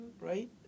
right